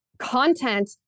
Content